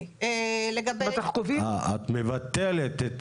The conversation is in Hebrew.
את מבטלת את